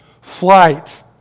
flight